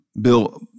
bill